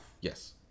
Yes